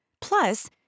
Plus